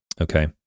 Okay